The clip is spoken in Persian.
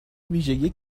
ویژگی